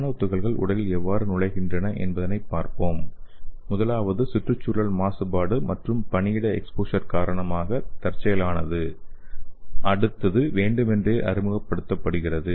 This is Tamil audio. நானோ துகள்கள் உடலில் எவ்வாறு நுழைகின்றன என்பதைப் பார்ப்போம் முதலாவது சுற்றுச்சூழல் மாசுபாடு மற்றும் பணியிட எக்ஸ்போசர் காரணமாக தற்செயலானது அடுத்தது வேண்டுமென்றே அறிமுகப்படுத்தப்படுகிறது